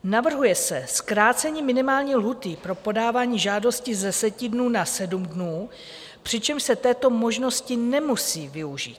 Navrhuje se zkrácení minimální lhůty pro podávání žádostí z 10 dnů na 7 dnů, přičemž se této možnosti nemusí využít.